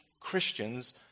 Christians